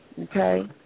okay